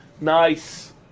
Nice